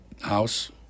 house